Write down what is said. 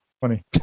Funny